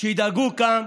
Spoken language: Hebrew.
ידאגו כאן